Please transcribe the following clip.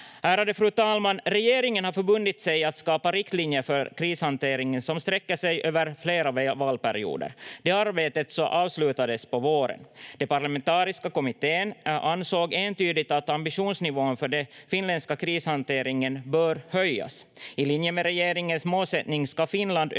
Ärade fru talman! Regeringen har förbundit sig till att skapa riktlinjer för krishanteringen som sträcker sig över flera valperioder. Det arbetet avslutades på våren. Den parlamentariska kommittén ansåg entydigt att ambitionsnivån för den finländska krishanteringen bör höjas. I linje med regeringens målsättning ska Finland öka